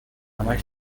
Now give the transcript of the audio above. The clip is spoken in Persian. همش